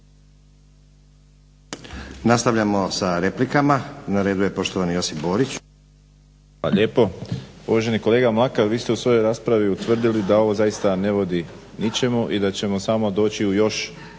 Nastavljamo sa replikama. Na redu je poštovani Josip Borić. **Borić, Josip (HDZ)** Hvala lijepo. Uvaženi kolega Mlakar vi ste u svojoj raspravi ustvrdili da ovo zaista ne vodi ničemo i da ćemo samo doći u još